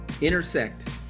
intersect